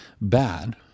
bad